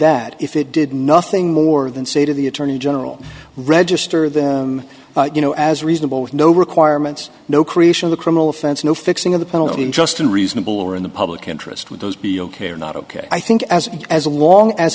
that if it did nothing more than say to the attorney general register them you know as reasonable with no requirements no creation of the criminal offense no fixing of the penalty in just a reasonable or in the public interest would those be ok or not ok i think as as long as